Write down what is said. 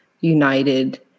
united